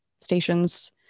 stations